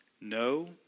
No